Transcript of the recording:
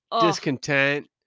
discontent